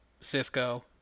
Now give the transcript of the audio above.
Cisco